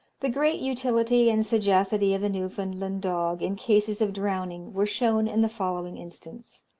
the great utility and sagacity of the newfoundland dog, in cases of drowning, were shown in the following instance.